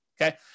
okay